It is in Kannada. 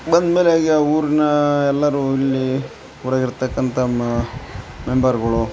ಬಂದ್ಮೇಲೆ ಆ ಊರಿನಾ ಎಲ್ಲರೂ ಇಲ್ಲೀ ಊರಾಗಿರ್ತಕಂಥ ಮೆಂಬರ್ಗಳು